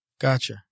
Gotcha